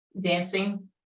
dancing